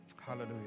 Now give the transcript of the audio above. hallelujah